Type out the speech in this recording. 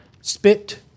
Spit